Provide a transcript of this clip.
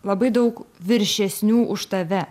labai daug viršesnių už tave